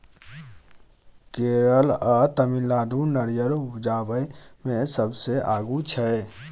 केरल आ तमिलनाडु नारियर उपजाबइ मे सबसे आगू छै